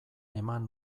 eman